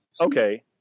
okay